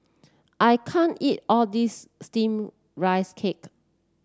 I can't eat all this steamed Rice Cake